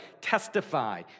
testify